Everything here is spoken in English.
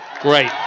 Great